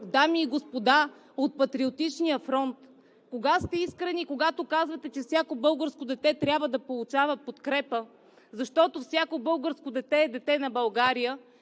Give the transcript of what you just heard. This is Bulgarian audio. дами и господа от Патриотичния фронт, кога сте искрени? Когато казвате, че всяко българско дете трябва да получава подкрепа, защото всяко българско дете е дете на България,